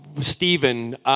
Stephen